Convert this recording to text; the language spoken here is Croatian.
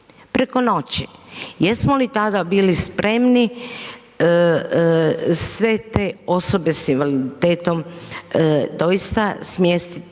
preko noći. Jesmo li tada bili spremni sve te osobe s invaliditetom doista smjestiti